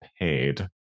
paid